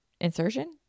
Insertion